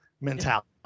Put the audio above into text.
mentality